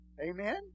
Amen